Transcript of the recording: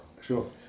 Sure